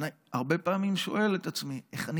הרבה פעמים אני שואל את עצמי איך אני